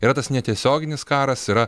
yra tas netiesioginis karas yra